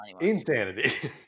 Insanity